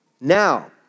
Now